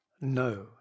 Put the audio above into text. No